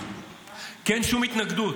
כי אין שום התנגדות.